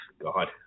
God